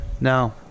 No